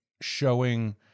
showing